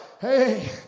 Hey